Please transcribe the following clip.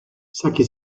sacchi